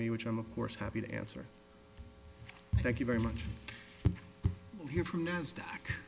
me which i'm of course happy to answer thank you very much here from nasdaq